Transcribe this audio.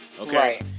okay